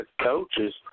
coaches